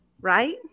right